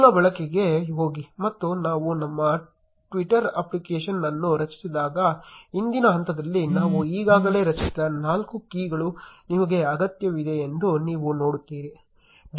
ಮೂಲ ಬಳಕೆಗೆ ಹೋಗಿ ಮತ್ತು ನಾವು ನಮ್ಮ ಟ್ವಿಟರ್ ಅಪ್ಲಿಕೇಶನ್ ಅನ್ನು ರಚಿಸಿದಾಗ ಹಿಂದಿನ ಹಂತದಲ್ಲಿ ನಾವು ಈಗಾಗಲೇ ರಚಿಸಿದ ನಾಲ್ಕು ಕೀಗಳು ನಿಮಗೆ ಅಗತ್ಯವಿದೆಯೆಂದು ನೀವು ನೋಡುತ್ತೀರಿ